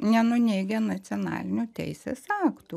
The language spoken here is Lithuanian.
nenuneigia nacionalinių teisės aktų